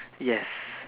yes